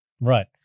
Right